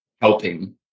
helping